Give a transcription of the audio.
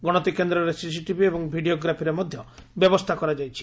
ଗଶତିକେନ୍ଦରେ CCTV ଏବଂ ଭିଡ଼ିଓଗ୍ରାଫିର ମଧ ବ୍ୟବସ୍ରା କରାଯାଇଛି